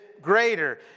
greater